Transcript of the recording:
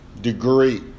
degree